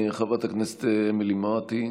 חברת הכנסת אמילי מואטי,